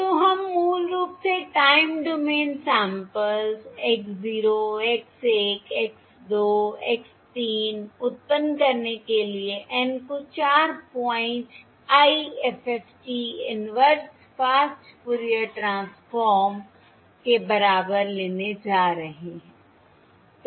तो हम मूल रूप से time domain samples x 0 x 1 x 2 x 3 उत्पन्न करने के लिए N को 4 point IFFT inverse fast Fourier transform के बराबर लेने जा रहे हैं